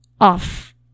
off